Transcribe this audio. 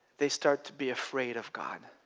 they start to be afraid of god.